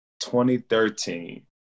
2013